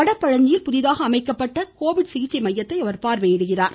வடபழஞ்சியில் புதிதாக அமைக்கப்பட்டுள்ள கோவிட் சிகிச்சை மையத்தை அவர் பார்வையிடுகிறார்